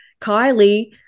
Kylie